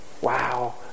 Wow